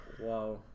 Wow